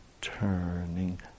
turning